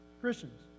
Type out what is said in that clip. Christians